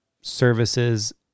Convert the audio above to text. services